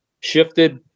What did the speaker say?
shifted